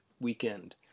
weekend